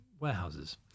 warehouses